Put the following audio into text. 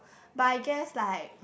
but I guess like